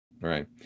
Right